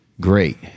great